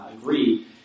agree